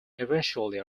eventually